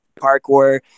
parkour